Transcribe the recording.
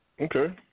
Okay